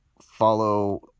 follow